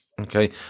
Okay